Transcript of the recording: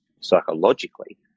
psychologically